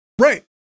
Right